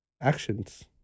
actions